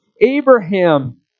Abraham